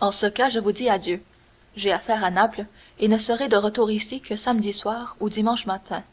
en ce cas je vous dis adieu j'ai affaire à naples et ne serai de retour ici que samedi soir ou dimanche matin